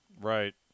Right